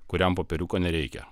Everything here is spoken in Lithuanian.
kuriam popieriuko nereikia